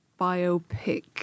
biopic